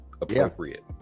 appropriate